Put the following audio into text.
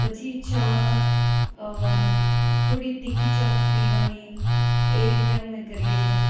પછી ચા થોડી તીખી ચા પીવાની એ રીતે અમે કરીએ છીએ